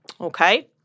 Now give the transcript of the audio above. okay